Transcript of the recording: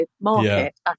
market